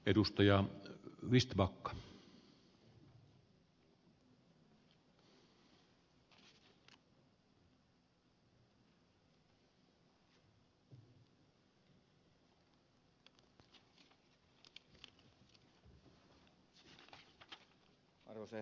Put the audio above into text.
arvoisa herra puhemies